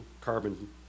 carbon